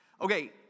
Okay